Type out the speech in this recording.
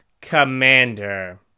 Commander